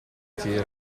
tira